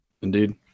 Indeed